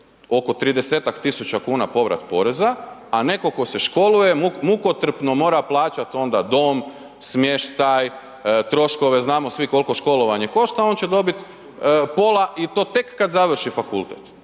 oko 30 tisuća kuna povrat poreza, a netko tko se školuje mukotrpno mora plaćati onda dom, smještaj, troškove, znamo svi koliko školovanje košta, on će dobiti pola i to tek kad završi fakultet?